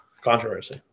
controversy